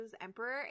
Emperor